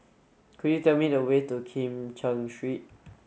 could you tell me the way to Kim Cheng Street